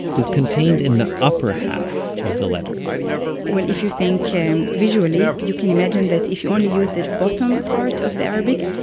is contained in the upper half of the letters well, if you think visually, you can imagine that if you only use the bottom part of the arabic,